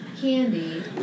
Candy